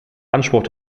anspruch